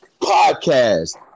Podcast